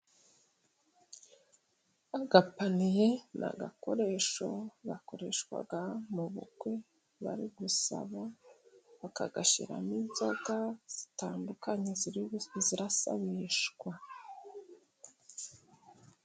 Agapaniye ni agakoresho gakoreshwa mu bukwe, bari gusaba bakagashyiramo inzoga zitandukanye zirasabishwa.